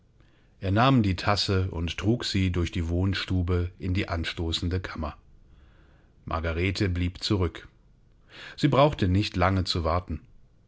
er nahm die tasse und trug sie durch die wohnstube in die anstoßende kammer margarete blieb zurück sie brauchte nicht lange zu warten